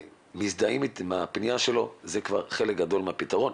כשמזדהים עם הפניה שלו, זה כבר חלק גדול מהפתרון.